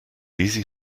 easy